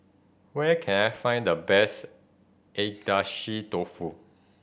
where can I find the best Agedashi Dofu